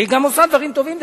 היא גם עושה דברים טובים,